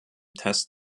test